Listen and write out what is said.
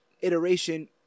iteration